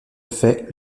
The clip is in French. fait